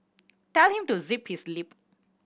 tell him to zip his lip